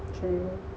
true